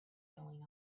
going